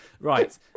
Right